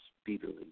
speedily